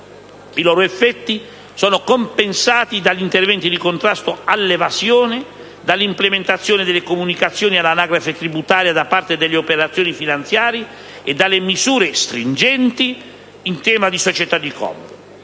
i loro effetti sono ampiamente compensati dagli interventi di contrasto all'evasione, dall'implementazione delle comunicazioni all'anagrafe tributaria da parte degli operatori finanziari e dalle misure stringenti in tema di società di comodo.